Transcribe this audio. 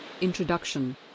Introduction